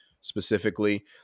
Specifically